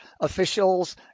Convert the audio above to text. officials